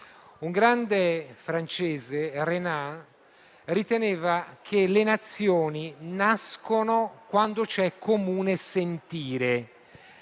Un grande francese, Renan, riteneva che le Nazioni nascono quando c'è comune sentire